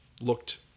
looked